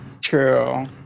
true